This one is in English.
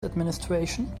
administration